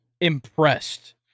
impressed